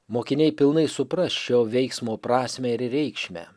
mokiniai pilnai supras šio veiksmo prasmę ir reikšmę